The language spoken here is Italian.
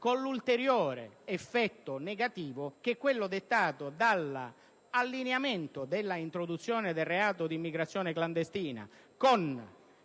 con un ulteriore effetto negativo, quello dettato dall'allineamento conseguente all'introduzione del reato di immigrazione clandestina con